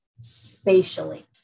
spatially